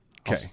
okay